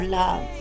love